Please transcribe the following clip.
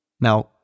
Now